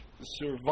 survive